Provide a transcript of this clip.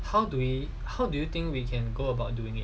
how do we how do you think we can go about doing it